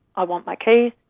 i want my keys,